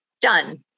done